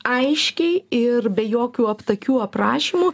aiškiai ir be jokių aptakių aprašymų